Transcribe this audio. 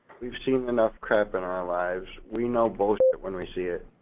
we've seen enough crap in our lives. we know bull when we see it.